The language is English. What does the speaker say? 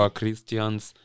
Christians